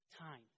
Time